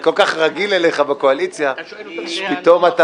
אני כל כך רגיל אליך בקואליציה שפתאום אתה